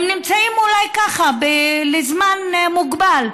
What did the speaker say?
הם נמצאים אולי ככה, לזמן מוגבל.